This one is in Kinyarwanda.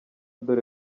dore